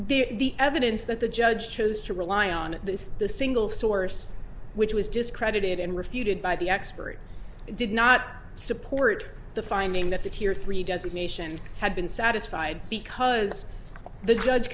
have the evidence that the judge chose to rely on the single source which was discredited and refuted by the expert did not support the finding that the tier three designation had been satisfied because the judge